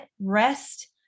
Rest